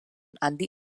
handi